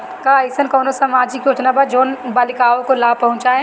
का अइसन कोनो सामाजिक योजना बा जोन बालिकाओं को लाभ पहुँचाए?